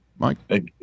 Mike